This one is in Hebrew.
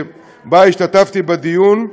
והשתתפתי בדיון,